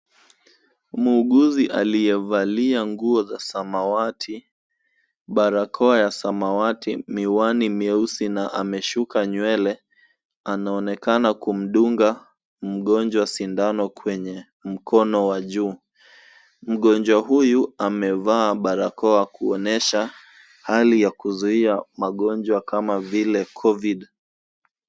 Muuguzi aliyevalia nguo za samawati, barakoa ya samawati, miwani mieusi na ameshuka nywele. Anaonekana kumdunga mgonjwa sindano kwenye mkono wa juu. Mgonjwa huyu amevaa barakoa kuonyesha hali ya kuzuia magonjwa kama vile COVID.